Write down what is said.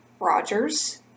Rogers